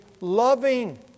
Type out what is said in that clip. loving